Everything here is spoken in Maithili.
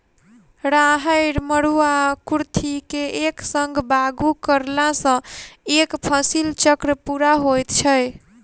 राहैड़, मरूआ, कुर्थी के एक संग बागु करलासॅ एक फसिल चक्र पूरा होइत छै